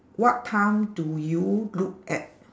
what time do you look at